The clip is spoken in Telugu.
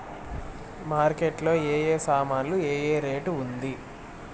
మార్కెట్ లో ఏ ఏ సామాన్లు ఏ ఏ రేటు ఉంది?